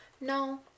no